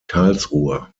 karlsruher